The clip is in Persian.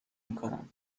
میکنم